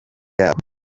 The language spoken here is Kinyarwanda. yabo